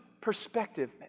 perspective